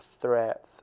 threat